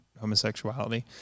homosexuality